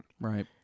right